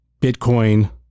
Bitcoin